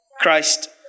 Christ